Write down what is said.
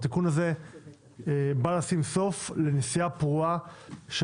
התיקון הזה בא לשים סוף לנסיעה פרועה של